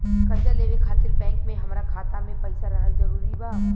कर्जा लेवे खातिर बैंक मे हमरा खाता मे पईसा रहल जरूरी बा?